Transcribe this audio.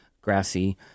grassy